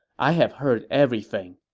i have heard everything.